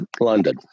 London